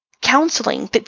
counseling